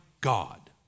God